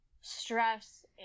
stress